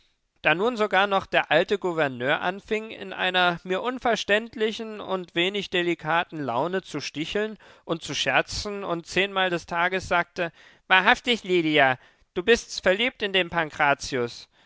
da nun sogar noch der alte gouverneur anfing in einer mir unverständlichen und wenig delikaten laune zu sticheln und zu scherzen und zehnmal des tages sagte wahrhaftig lydia du bist verliebt in den